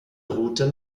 route